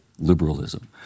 Liberalism